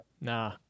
Nah